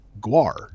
Guar